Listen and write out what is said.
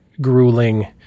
grueling